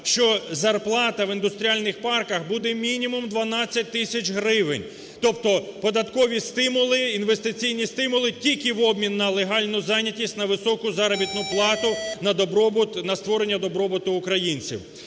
що зарплата в індустріальних парках буде мінімум 12 тисяч гривень. Тобто податкові стимули, інвестиційні стимули тільки в обмін на легальну зайнятість, на високу заробітну плату, на добробут, на створення добробуту українців.